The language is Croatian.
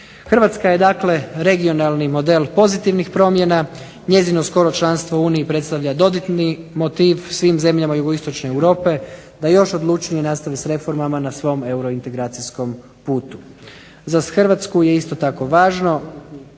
Hrvatska je dakle regionalni model pozitivnih promjena, njeno skoro članstvo u Uniji predstavlja dodatni motiv svim zemljama jugoistočne Europe da još odlučnije nastave s reformama na svom eurointegracijskom putu. Za Hrvatsku je isto tako važno